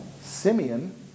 Simeon